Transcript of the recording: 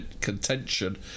contention